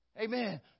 Amen